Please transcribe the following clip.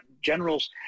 generals